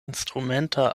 instrumenta